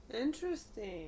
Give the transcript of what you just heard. Interesting